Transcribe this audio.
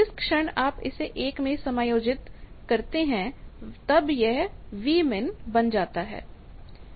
जिस क्षण आप इसे 1 में समायोजित हो जाते हैं तब Vmin यह बन जाता है